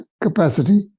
capacity